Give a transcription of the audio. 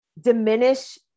diminish